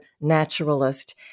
naturalist